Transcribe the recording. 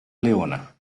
leona